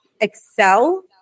excel